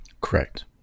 correct